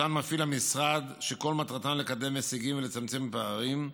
שמפעיל המשרד שכל מטרתן לקדם הישגים ולצמצם פערים,